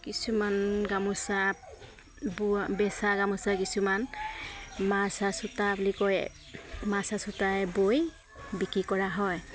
কিছুমান গামোচা বোৱা বেচা গামোচা কিছুমান মাছা চোতা বুলি কয় মাছা চোতাই বৈ বিক্ৰী কৰা হয়